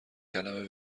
کلمه